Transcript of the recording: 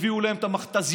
הביאו להם את המכת"זיות,